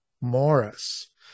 morris